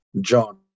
John